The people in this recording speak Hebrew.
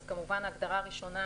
אז בסעיף ההגדרות,